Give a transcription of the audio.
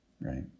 Right